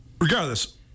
Regardless